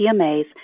TMA's